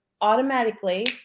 automatically